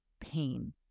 pain